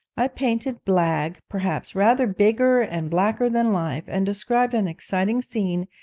i painted blagg, perhaps, rather bigger and blacker than life, and described an exciting scene,